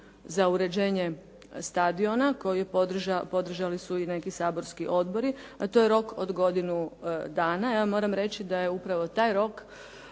za uređenje stadiona koji su podržali i neki saborski odbori, a to je rok od godinu dana. Ja vam moram reći da je upravo taj rok,